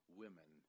women